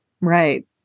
Right